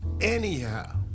anyhow